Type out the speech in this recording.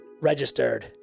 registered